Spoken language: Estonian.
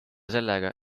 sellega